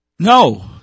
No